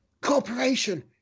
Corporation